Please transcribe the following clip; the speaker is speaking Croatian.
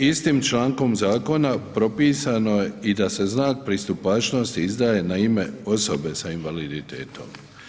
Istim člankom zakona propisano je i da se znak pristupačnosti izdaje na ime osobe sa invaliditetom.